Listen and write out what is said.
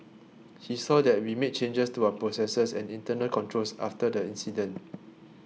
he saw that we made changes to our processes and internal controls after the incident